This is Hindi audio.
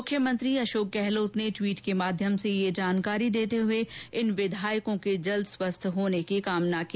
मुख्यमंत्री अशोक गहलोत ने ट्वीट के माध्यम से यह जानकारी देते हुए इन विधायकों के जल्द स्वस्थ होने की कामना की